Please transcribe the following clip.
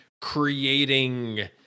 creating